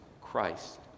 Christ